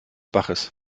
baches